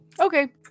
Okay